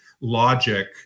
logic